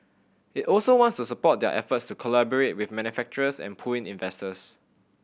it also wants to support their efforts to collaborate with manufacturers and pull in investors